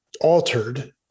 altered